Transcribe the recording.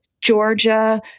Georgia